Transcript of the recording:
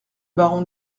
baron